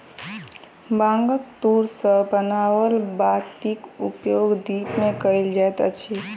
बांगक तूर सॅ बनाओल बातीक उपयोग दीप मे कयल जाइत अछि